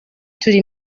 turi